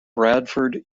bradford